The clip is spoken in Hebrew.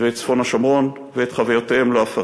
וצפון השומרון, ואת חוויותיהם לא אפרט,